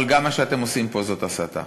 אבל גם מה שאתם עושים פה זאת הסתה,